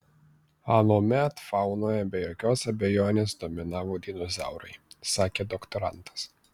anuomet faunoje be jokios abejonės dominavo dinozaurai sakė doktorantas